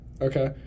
Okay